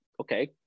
okay